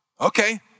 Okay